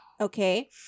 Okay